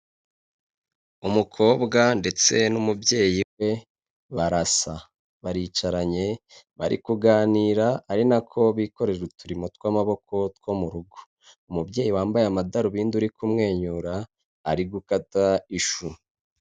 Umukobwa ndetse n'umubyeyi we barasa, baricaranye bari kuganira ari nako bikorera uturimo tw'amaboko two mu rugo. Umubyeyi wambaye amadarubindi uri kumwenyura ari gukata ishu.